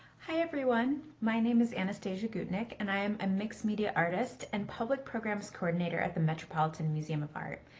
hi everyone! my name is anastasiya gutnik and i am a mixed-media artist and public programs coordinator at the metropolitan museum of art.